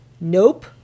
Nope